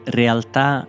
realtà